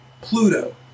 Pluto